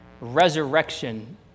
Resurrection